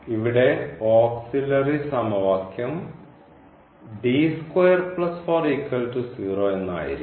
ഇവിടെ ഓക്സിലറി സമവാക്യം എന്ന് ആയിരിക്കും